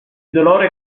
dolore